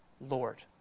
Lord